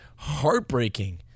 heartbreaking